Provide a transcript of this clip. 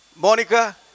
Monica